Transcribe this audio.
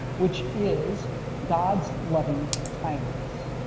which is god's loving kindness.